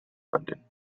london